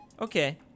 Okay